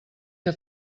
que